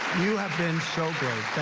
you have been so great.